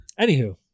anywho